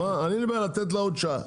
אין לי בעיה לתת לה עוד שעה,